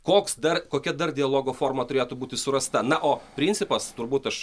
koks dar kokia dar dialogo forma turėtų būti surasta na o principas turbūt aš